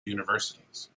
universities